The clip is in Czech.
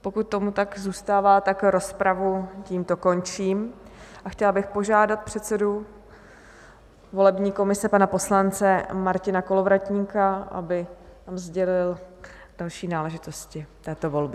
Pokud tomu tak zůstává, tak rozpravu tímto končím a chtěla bych požádat předsedu volební komise, pana poslance Martina Kolovratníka, aby nám sdělil další náležitosti této volby.